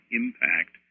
impact